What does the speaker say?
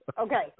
Okay